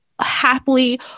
happily